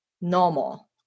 normal